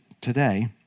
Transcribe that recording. today